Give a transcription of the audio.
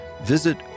visit